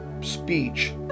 speech